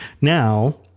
Now